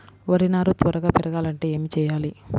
వరి నారు త్వరగా పెరగాలంటే ఏమి చెయ్యాలి?